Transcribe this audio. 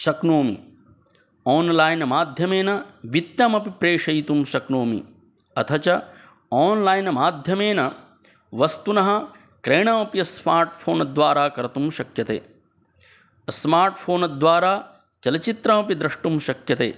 शक्नोमि आन्लैन्माध्यमेन वित्तमपि प्रेषयितुं शक्नोमि अथ च आन्लैन्माध्यमेन वस्तुनः क्रयणमपि स्मार्ट् फ़ोन् द्वारा कर्तुं शक्यते स्मार्ट् फ़ोन् द्वारा चलचित्रमपि द्रष्टुं शक्यते